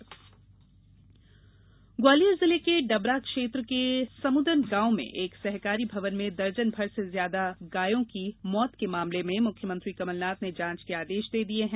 जांच ग्वालियर जिले के डबरा क्षेत्र के समुदन गॉव के एक सहकारी भवन में दर्जन भर से ज्यादा गायों के मौत के मामले की मुख्यमंत्री कमलनाथ ने जांच के आदेश दे दिये हैं